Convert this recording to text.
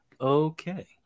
Okay